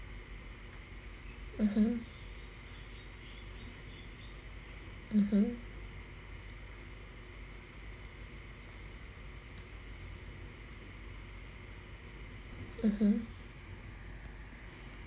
(uh huh) (uh huh) (uh huh)